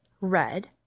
Red